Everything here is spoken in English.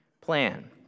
plan